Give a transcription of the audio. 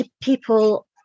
people